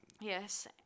yes